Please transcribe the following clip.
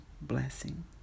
blessing